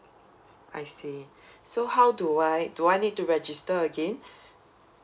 I see so how do I do I need to register again